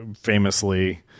famously